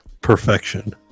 perfection